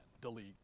Delete